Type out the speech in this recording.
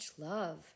love